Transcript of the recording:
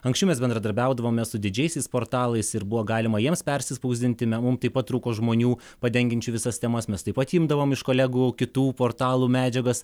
anksčiau mes bendradarbiaudavome su didžiaisiais portalais ir buvo galima jiems persispausdinti mum taip trūko žmonių padengiančių visas temas mes taip pat imdavom iš kolegų kitų portalų medžiagas